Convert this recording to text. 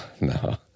No